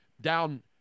down